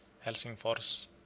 Helsingfors